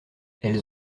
elles